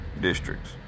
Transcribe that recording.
districts